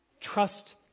trust